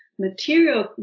Material